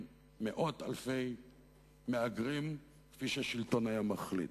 מאות אלפי מהגרים כפי ששלטון היה מחליט.